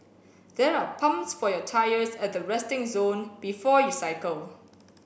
there are pumps for your tyres at the resting zone before you cycle